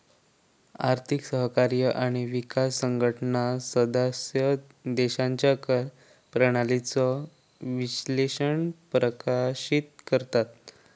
आर्थिक सहकार्य आणि विकास संघटना सदस्य देशांच्या कर प्रणालीचो विश्लेषण प्रकाशित करतत